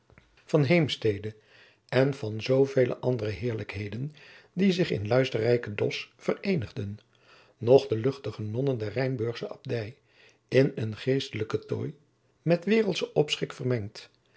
van heemstede en van zoovele andere heerlijkheden die zich in luisterrijken dosch vereenigden noch de luchtige nonnen der rijnsburgsche abdij in een geestelijken tooi met waereldschen opschik vermengd